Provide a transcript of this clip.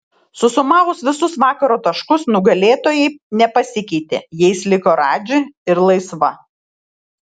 susumavus visus vakaro taškus nugalėtojai nepasikeitė jais liko radži ir laisva